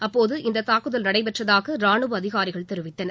அப்போது இந்தத் தாக்குதல் நடைபெற்றதாக ராணுவ அதிகாரிகள் தெரிவித்தனர்